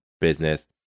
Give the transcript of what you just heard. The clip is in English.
business